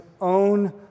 own